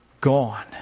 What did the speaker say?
gone